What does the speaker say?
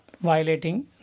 violating